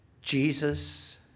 Jesus